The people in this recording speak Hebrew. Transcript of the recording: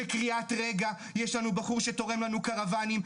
בקריאת רגע יש לנו בחור שתורם לנו קרוונים,